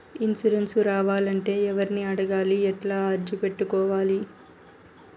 Insurance రావాలంటే ఎవర్ని అడగాలి? ఎట్లా అర్జీ పెట్టుకోవాలి?